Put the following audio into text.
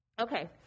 Okay